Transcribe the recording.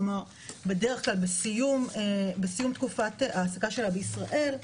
כלומר בד"כ בסיום תקופת העסקה שלה בישראל,